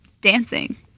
dancing